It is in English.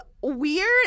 weird